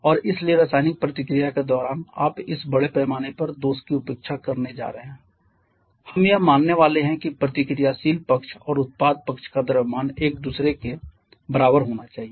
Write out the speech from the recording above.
और इसलिए रासायनिक प्रतिक्रिया के दौरान आप इस बड़े पैमाने पर दोष की उपेक्षा करने जा रहे हैं हम यह मानने वाले हैं कि प्रतिक्रियाशील पक्ष और उत्पाद पक्ष का द्रव्यमान एक दूसरे के बराबर होना चाहिए